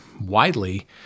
widely